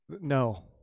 No